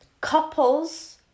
couples